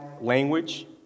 language